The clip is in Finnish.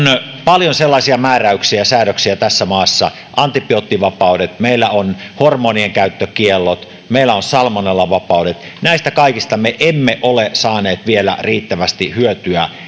paljon määräyksiä ja säädöksiä tässä maassa antibioottivapaudet meillä on hormonien käyttökiellot meillä on salmonellavapaudet näistä kaikista me emme ole saaneet vielä riittävästi sitä hyötyä